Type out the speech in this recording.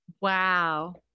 Wow